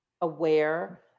aware